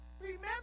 Remember